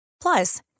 Plus